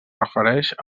refereix